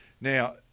Now